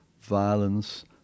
violence